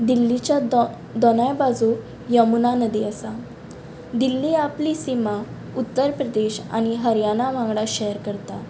दिल्लीच्या दो दोनांय बाजू यमुना नदी आसा दिल्ली आपली सिमा उत्तर प्रदेश आनी हरयाणा वांगडा शॅर करता